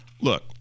Look